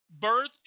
Birth